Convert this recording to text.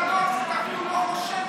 אתה מבין את הפרדוקס פה?